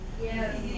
Yes